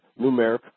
numeric